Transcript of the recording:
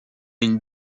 une